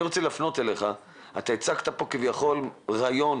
אני רוצה להפנות אליך, אתה הצגת פה כביכול רעיון